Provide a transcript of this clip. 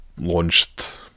launched